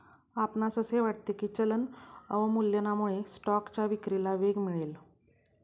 आपणास असे वाटते की चलन अवमूल्यनामुळे स्टॉकच्या विक्रीला वेग मिळेल?